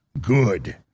Good